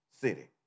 city